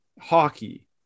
hockey